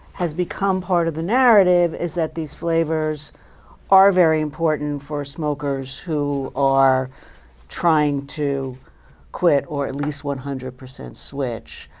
has become part of the narrative is that these flavors are very important for smokers who are trying to quit, or at least one hundred percent switch.